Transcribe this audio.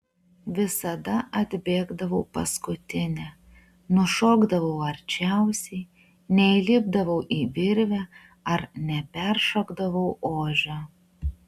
visada atbėgdavau paskutinė nušokdavau arčiausiai neįlipdavau į virvę ar neperšokdavau ožio